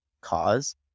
cause